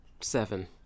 seven